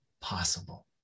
possible